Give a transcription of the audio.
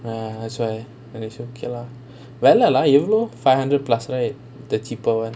ya that's why then he say okay lah ya lah you have five hundred plus right the cheapest [one]